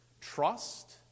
trust